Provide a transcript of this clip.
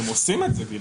גלעד, אתם עושים את זה.